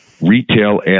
retail